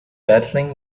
battling